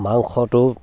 মাংসটো